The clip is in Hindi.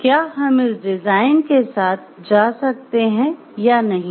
तो क्या हम इस डिजाईन के साथ जा सकते हैं या नहीं